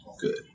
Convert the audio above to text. good